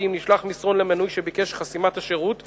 כי אם נשלח מסרון למנוי שביקש חסימת השירות כאמור,